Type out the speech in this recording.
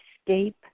escape